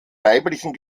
weiblichen